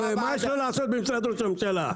ומה יש לו לעשות במשרד ראש הממשלה?